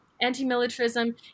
anti-militarism